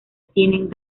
tienen